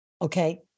Okay